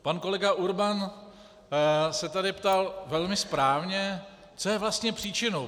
Pan kolega Urban se tady ptal velmi správně, co je vlastně příčinou.